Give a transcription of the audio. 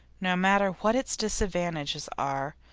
no matter what its disadvantages are,